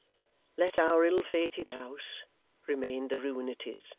let our ill-fated house remain the ruin it is.